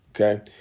okay